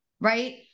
right